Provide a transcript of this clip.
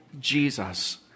Jesus